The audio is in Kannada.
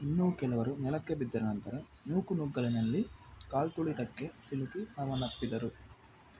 ಇನ್ನೂ ಕೆಲವರು ನೆಲಕ್ಕೆ ಬಿದ್ದನಂತರ ನೂಕುನುಗ್ಗಲಿನಲ್ಲಿ ಕಾಲ್ತುಳಿತಕ್ಕೆ ಸಿಲುಕಿ ಸಾವನ್ನಪ್ಪಿದರು